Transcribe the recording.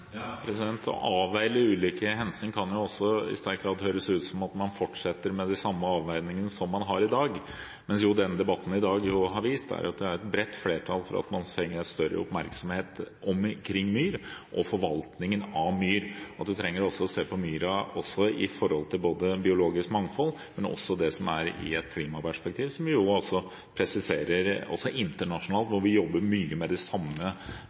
Å avveie de ulike hensyn kan jo også i sterk grad høres ut som om man fortsetter med de samme avveiningene som man har i dag, mens det denne debatten i dag jo har vist, er at det er et bredt flertall for at man trenger større oppmerksomhet omkring myr og forvaltningen av myr. Man trenger også å se på myra med tanke på biologisk mangfold, men også det som er i et klimaperspektiv, som vi jo presiserer også internasjonalt, hvor vi jobber mye med de samme